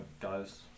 guys